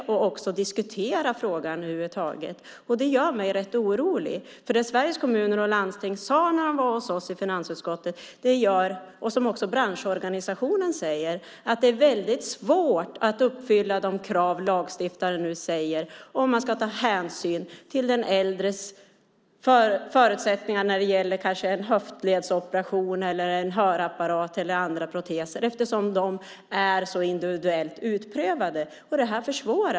Man ville inte heller diskutera frågan över huvud taget. Det gör mig rätt orolig. Det Sveriges Kommuner och Landsting sade när de var hos oss i finansutskottet och som också branschorganisationen säger är att det är svårt att uppfylla de krav som lagstiftaren nu ställer om man ska ta hänsyn till den äldres förutsättningar när det gäller en höftledsoperation, en hörapparat eller andra proteser eftersom de är så individuellt utprovade.